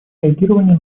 реагирования